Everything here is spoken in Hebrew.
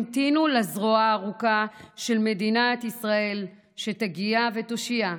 המתינו לזרועה הארוכה של מדינת ישראל שתגיע ותושיע,